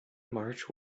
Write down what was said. march